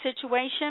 situation